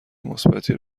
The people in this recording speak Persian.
مثبتی